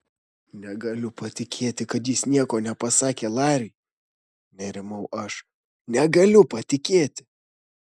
negaliu patikėti kad jis nieko nepasakė lariui nerimau aš negaliu patikėti